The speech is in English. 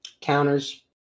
counters